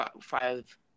five –